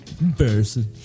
Embarrassing